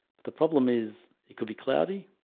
but the problem is it could be cloudy.